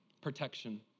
Protection